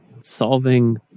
solving